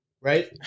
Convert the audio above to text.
Right